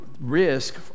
risk